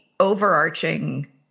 overarching